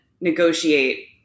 negotiate